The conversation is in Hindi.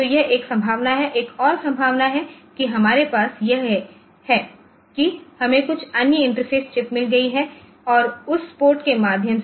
तो यह एक संभावना है एक और संभावना है कि हमारे पास यह है कि हमें कुछ अन्य इंटरफ़ेस चिप मिल गई है और इस पोर्ट के माध्यम से